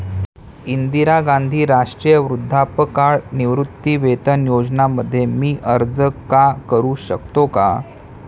इंदिरा गांधी राष्ट्रीय वृद्धापकाळ निवृत्तीवेतन योजना मध्ये मी अर्ज का करू शकतो का?